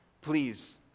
please